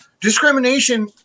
Discrimination